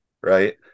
right